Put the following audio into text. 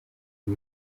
ngo